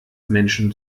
menschen